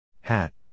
Hat